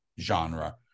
genre